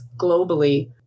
globally